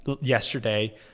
yesterday